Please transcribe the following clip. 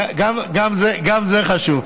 גם זה חשוב.